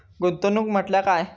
गुंतवणूक म्हटल्या काय?